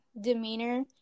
demeanor